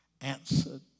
answered